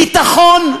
ביטחון,